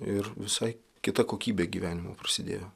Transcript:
ir visai kita kokybė gyvenimo prasidėjo